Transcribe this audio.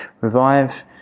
REVIVE